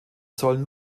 sollen